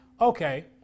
okay